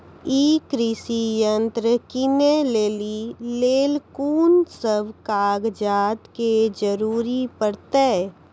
ई कृषि यंत्र किनै लेली लेल कून सब कागजात के जरूरी परतै?